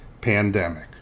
pandemic